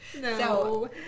No